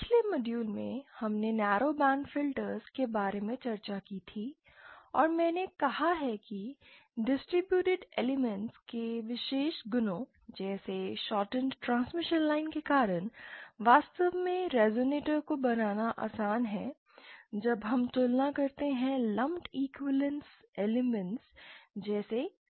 पिछले मॉड्यूल्स में हमने नैरो बैंड फिल्टर्स के बारे में चर्चा की थी और मैंने कहा है कि डिस्टर्बेटेड एलिमेंट्स के विशेष गुणों जैसे शॉर्टएंड ट्रांसमिशन लाइन्स के कारण वास्तव में रिजोनेटर को बनाना आसान है जब हम तुलना करते हैं लंप इक्विवेलेंस एलिमेंट्स जैसे l और c से